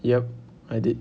yup I did